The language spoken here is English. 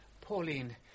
Pauline